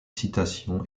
citation